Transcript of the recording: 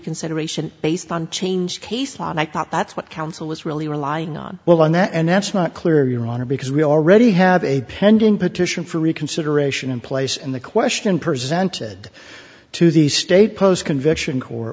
reconsideration based on change case law that's what counsel is really relying on well on that and that's not clear your honor because we already have a pending petition for reconsideration in place and the question presented to the state post conviction co